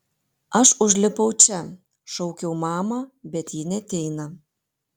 aš užlipau čia šaukiau mamą bet ji neateina